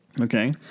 Okay